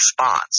response